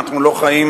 אנחנו לא חיים,